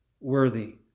worthy